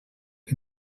que